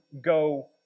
go